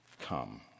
come